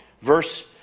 Verse